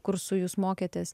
kursu jūs mokėtės